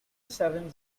seven